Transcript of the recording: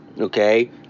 Okay